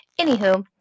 Anywho